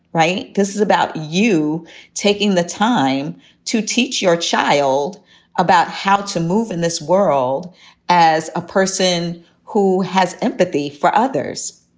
right? this is about you taking the time to teach your child about how to move in this world as a person who has empathy for others,